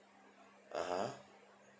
(uh huh)